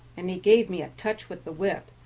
and he gave me a touch with the whip,